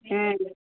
ம்